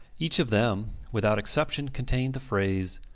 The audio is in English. each of them, without exception, contained the phrase,